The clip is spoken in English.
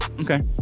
Okay